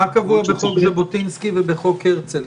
מה קבוע בחוק ז'בוטינסקי וחוק הרצל?